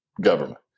government